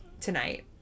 tonight